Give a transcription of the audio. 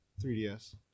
3DS